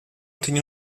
tinha